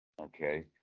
Okay